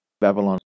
Babylon